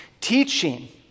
teaching